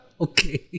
Okay